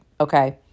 okay